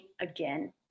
again